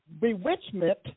bewitchment